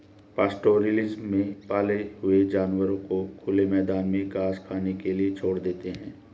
pastoralism में पाले हुए जानवरों को खुले मैदान में घास खाने के लिए छोड़ देते है